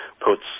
puts